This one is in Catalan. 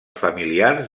familiars